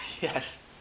Yes